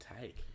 take